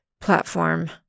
platform